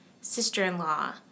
sister-in-law